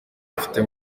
ufite